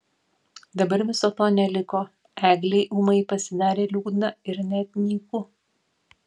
dabar viso to neliko eglei ūmai pasidarė liūdna ir net nyku